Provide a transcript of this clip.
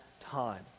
time